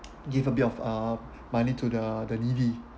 give a bit of uh money to the the needy